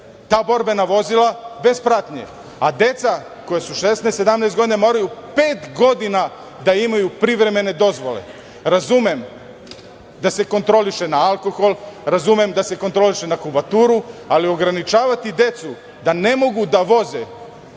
ta borbena vozila bez pratnje, a deca koja su 16, 17 godina, moraju pet godina da imaju privremene dozvole. Razumem da se kontroliše na alkohol, razumem da se kontroliše na kubaturu, ali ograničavati decu da ne mogu da voze